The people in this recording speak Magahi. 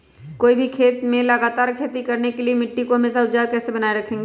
कोई भी खेत में लगातार खेती करने के लिए मिट्टी को हमेसा उपजाऊ कैसे बनाय रखेंगे?